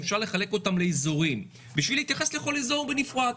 לאזורים בשביל להתייחס לכל אזור בנפרד.